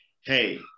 hey